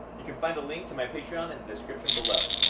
you can find a link to my patreon in the description below,